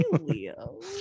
leo